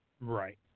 Right